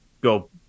go